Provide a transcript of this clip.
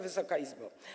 Wysoka Izbo!